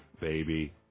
baby